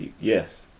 Yes